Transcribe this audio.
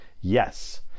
yes